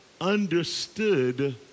understood